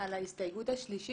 על ההסתייגויות האלה?